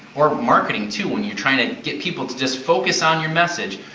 or marketing too, when youire trying to get people to just focus on your message,